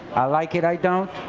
like it, i don't,